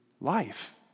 life